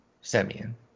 Semyon